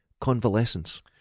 Convalescence